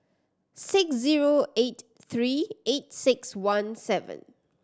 six zero eight three eight six one seven